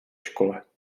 škole